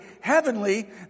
heavenly